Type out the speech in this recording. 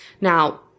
Now